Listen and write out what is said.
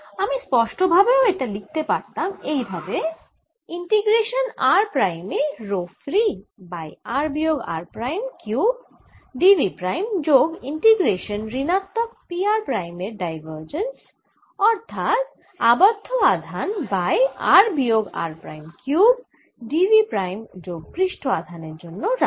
আমি স্পষ্টভাবেও এটি লিখতে পারতাম এইভাবে ইন্টিগ্রেশান r প্রাইম এ রো ফ্রি বাই r বিয়োগ r prime cube d v prime যোগ ইন্টিগ্রেশান ঋণাত্মক P r প্রাইমের ডাইভারজেন্স অর্থাৎ আবদ্ধ আধান বাই r বিয়োগ r prime cube d v prime যোগ পৃষ্ঠ আধানের জন্য রাশি